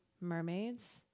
mermaids